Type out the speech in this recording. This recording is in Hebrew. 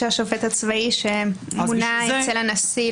מה שהם הציעו לא בעליון,